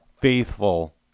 faithful